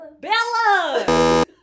Bella